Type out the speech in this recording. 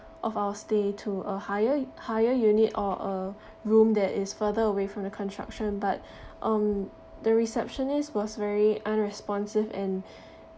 of our stay to a higher higher unit or a room that is further away from the construction but um the receptionist was very unresponsive and